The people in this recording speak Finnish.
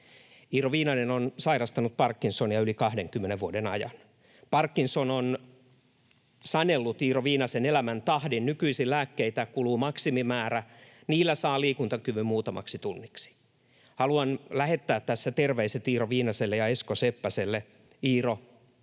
Iiro Viinanen on sairastanut Parkinsonia yli 20 vuoden ajan. Parkinson on sanellut Iiro Viinasen elämän tahdin. Nykyisin lääkkeitä kuluu maksimimäärä, ja niillä saa liikuntakyvyn muutamaksi tunniksi. Haluan lähettää tässä terveiset Iiro Viinaselle ja Esko Seppäselle: Iiro